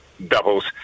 doubles